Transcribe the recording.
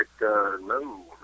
no